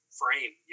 frame